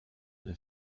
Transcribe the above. the